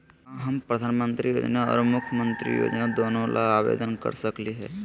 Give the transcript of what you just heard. का हम प्रधानमंत्री योजना और मुख्यमंत्री योजना दोनों ला आवेदन कर सकली हई?